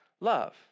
love